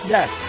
Yes